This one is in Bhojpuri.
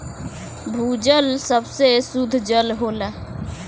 भूजल सबसे सुद्ध जल होला